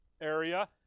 area